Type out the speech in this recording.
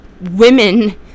women